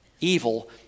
evil